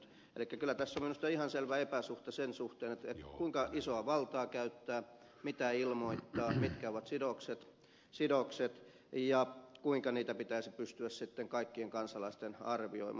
kyllä tässä on minusta ihan selvä epäsuhta sen suhteen kuinka isoa valtaa käyttää mitä ilmoittaa mitkä ovat sidokset ja kuinka niitä pitäisi pystyä sitten kaikkien kansalaisten arvioimaan